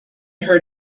heard